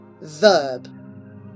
Verb